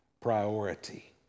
priority